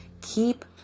Keep